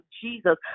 Jesus